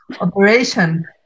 operation